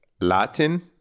Latin